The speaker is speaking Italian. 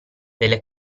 delle